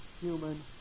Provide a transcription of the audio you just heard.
human